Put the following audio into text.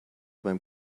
beim